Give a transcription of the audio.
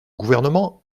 gouvernement